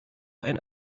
ein